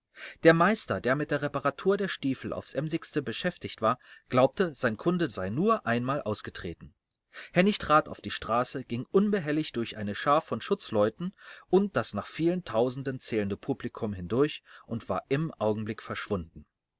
der meister der mit der reparatur der stiefel aufs emsigste beschäftigt war glaubte sein kunde sei nur einmal ausgetreten hennig trat auf die straße ging unbehelligt durch eine schar von schutzleuten und das nach vielen tausenden zählende publikum hindurch und war im augenblick verschwunden